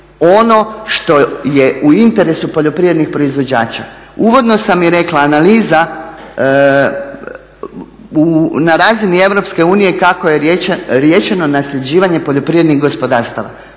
ono što je u interesu poljoprivrednih proizvođača. Uvodno sam i rekla, analiza na razini EU kako je riješeno nasljeđivanje poljoprivrednih gospodarstava.